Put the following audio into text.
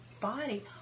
body